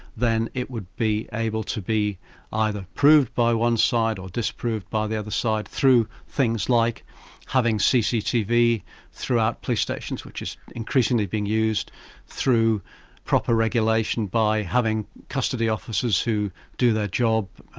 then it would be able to be either proved by one side, or disproved by the other side, through things like having cctv throughout police stations, which is increasingly being used through proper regulation by having custody officers who do their job,